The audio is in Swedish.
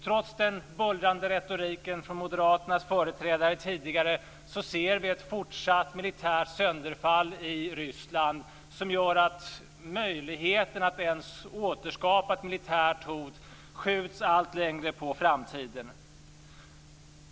Trots den bullrande retoriken från Moderaternas företrädare tidigare, ser vi ett fortsatt militärt sönderfall i Ryssland som gör att möjligheten att ens återskapa ett militärt hot skjuts allt längre på framtiden.